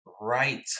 right